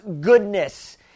goodness